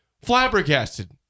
flabbergasted